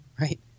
right